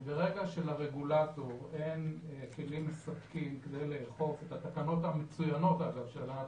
ברגע שלרגולטור אין כלים מספקים כדי לאכוף את התקנות המצוינות של הגנת